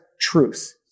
truth